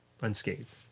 unscathed